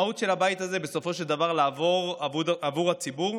המהות של הבית הזה היא עבודה עבור הציבור,